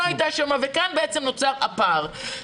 לא הייתה שם וכאן נוצר הפער.